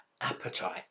appetite